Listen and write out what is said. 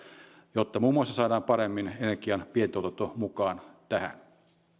jotta muun muassa saadaan paremmin energian pientuotanto mukaan tähän